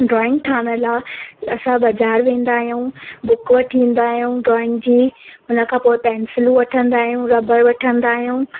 drawing ठाहिण लाइ असां बाज़ारि वेंदा आहियूं बुक वठी ईंदा आहियूं ड्रॉइंग जी उन खां पोइ पेंसिलूं वठंदा आहियूं रबड़ वठंदा आहियूं